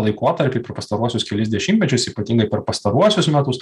laikotarpį per pastaruosius kelis dešimtmečius ypatingai per pastaruosius metus